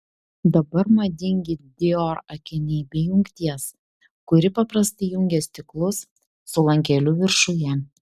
dabar madingi dior akiniai be jungties kuri paprastai jungia stiklus su lankeliu viršuje